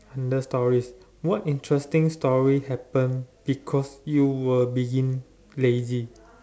under stories what interesting story happened because you were being lazy